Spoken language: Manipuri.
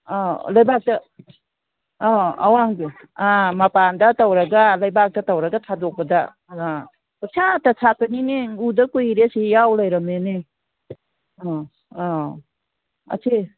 ꯑꯧ ꯂꯩꯕꯥꯛꯇ ꯑꯧ ꯑꯋꯥꯡꯕ ꯑꯥ ꯃꯄꯥꯟꯗ ꯇꯧꯔꯒ ꯂꯩꯕꯥꯛꯇ ꯇꯧꯔꯒ ꯊꯥꯗꯣꯛꯄꯗ ꯑꯥ ꯄꯪꯁꯥꯠꯇ ꯁꯥꯠꯄꯅꯤꯅꯦ ꯎꯗ ꯀꯨꯏꯔꯦ ꯑꯁꯤ ꯌꯥꯎ ꯂꯩꯔꯝꯃꯦꯅꯦ ꯑꯧ ꯑꯥ ꯑꯁꯦ